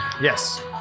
Yes